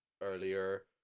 earlier